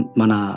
mana